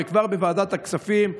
וכבר בוועדת הכספים,